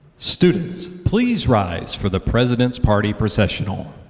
students, please rise for the president's party precessional.